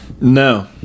No